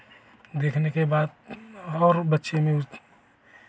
देखने के बाद और बच्चे में